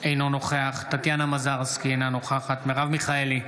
אינו נוכח טטיאנה מזרסקי, אינה נוכחת מרב מיכאלי,